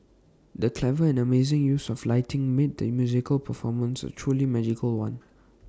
the clever and amazing use of lighting made the musical performance A truly magical one